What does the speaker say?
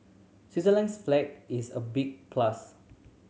Switzerland's flag is a big plus